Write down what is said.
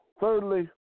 Thirdly